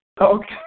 Okay